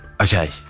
Okay